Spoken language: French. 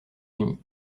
unis